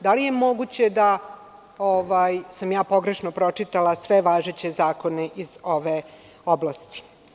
Da li je moguće da sam ja pogrešno pročitala sve važeće zakone iz ove oblasti?